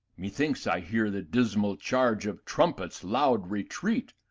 me thinks i hear the dismal charge of trumpets' loud retreat.